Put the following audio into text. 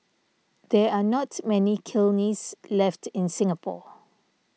there are not many kilns left in Singapore